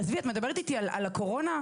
עזבי, את מדברת איתי על הקורונה?